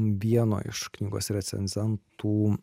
vieno iš knygos recenzentų